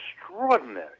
extraordinary